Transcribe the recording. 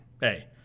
Hey